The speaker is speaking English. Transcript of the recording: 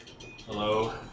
Hello